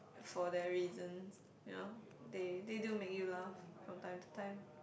for that reasons you know they they do make you laugh from time to time